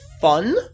fun